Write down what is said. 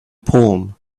palm